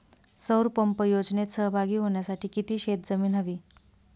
सौर पंप योजनेत सहभागी होण्यासाठी किती शेत जमीन हवी?